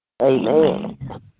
Amen